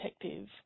detective